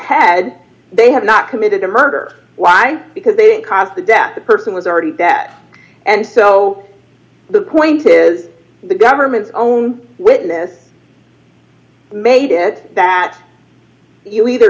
had they have not committed a murder why because they didn't cause the death the person was already that and so the point is the government's own witness made it that you either